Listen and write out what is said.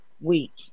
Week